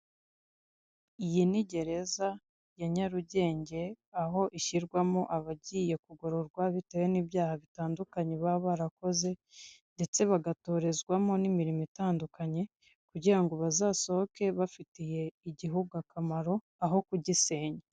Iyi ni gereza ya nyarugenge aho ishyirwamo abagiye kugororwa bitewe n'ibyaha bitandukanye baba barakoze, ndetse bagatorezwamo n'imirimo itandukanye, kugira ngo bazasohoke bafitiye igihugu akamaro aho kugisenya.